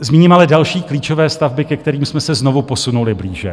Zmíním ale další klíčové stavby, ke kterým jsme se znovu posunuli blíže.